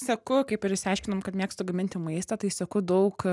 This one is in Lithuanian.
seku kaip ir išsiaiškinom kad mėgstu gaminti maistą tai seku daug